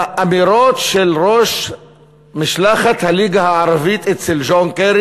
האמירות של ראש משלחת הליגה הערבית אצל ג'ון קרי